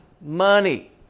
money